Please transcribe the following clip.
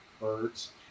birds